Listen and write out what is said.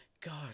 God